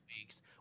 weeks